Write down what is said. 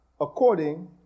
according